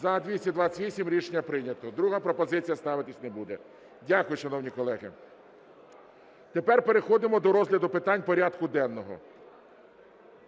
За-228 Рішення прийнято. Друга пропозиція ставитися не буде. Дякую, шановні колеги. Тепер переходимо до розгляду питань порядку денного.